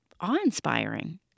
awe-inspiring